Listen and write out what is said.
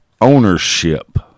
Ownership